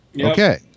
okay